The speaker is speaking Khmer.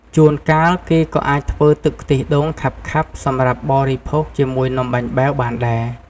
ជួនកាល គេក៏អាចធ្វើទឹកខ្ទិះដូងខាប់ៗសម្រាប់បរិភោគជាមួយនំបាញ់បែវបានដែរ។